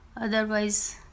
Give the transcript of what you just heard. otherwise